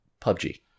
PUBG